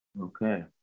okay